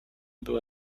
była